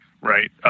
right